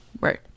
right